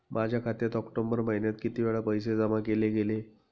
माझ्या खात्यात ऑक्टोबर महिन्यात किती वेळा पैसे जमा केले गेले?